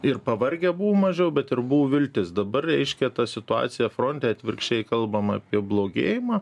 ir pavargę buvo mažiau bet ir buvo viltis dabar reiškia ta situacija fronte atvirkščiai kalbam apie blogėjimą